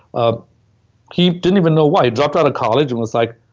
ah he didn't even know why. he dropped out of college, and was like,